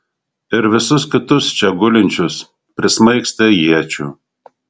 ir visus kitus čia gulinčius prismaigstė iečių